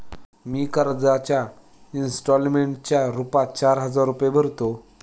मी कर्जाच्या इंस्टॉलमेंटच्या रूपात चार हजार रुपये भरतो